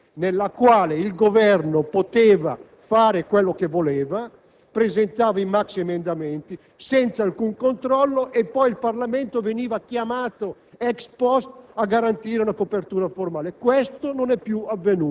sia nella scorsa legislatura che in quella precedente, quando il Governo poteva fare quello che voleva, presentava i maxiemendamenti senza alcun controllo e poi il Parlamento veniva chiamato *ex post*